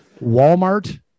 Walmart